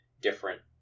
different